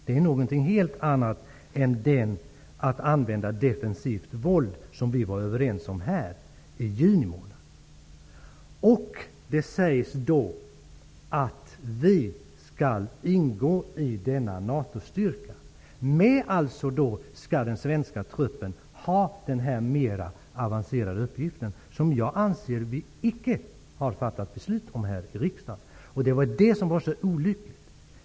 Det är något helt annat än den att använda defensivt våld, som vi var överens om här i juni månad. Det sägs då att svensk trupp skall ingå i denna NATO-styrka. Alltså skall den svenska truppen ha den mera avancerade uppgift som jag anser att vi icke har fattat beslut om i riksdagen. Det var det som var så olyckligt.